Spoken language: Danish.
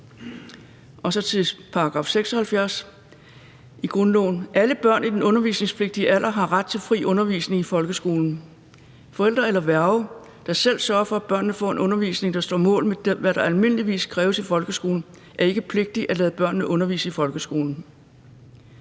§ 76 i grundloven: »Alle børn i den undervisningspligtige alder har ret til fri undervisning i folkeskolen. Forældre eller værger, der selv sørger for, at børnene får en undervisning, der kan stå mål med, hvad der almindeligvis kræves i folkeskolen, er ikke pligtige at lade børnene undervise i folkeskolen.«